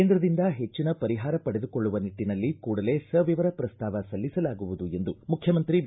ಕೇಂದ್ರದಿಂದ ಹೆಚ್ಚನ ಪರಿಹಾರ ಪಡೆದುಕೊಳ್ಳುವ ನಿಟ್ಟನಲ್ಲಿ ಕೂಡಲೇ ಸವಿವರ ಪ್ರಸ್ತಾವ ಸಲ್ಲಿಸಲಾಗುವುದು ಎಂದು ಮುಖ್ಯಮಂತ್ರಿ ಬಿ